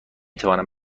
توانم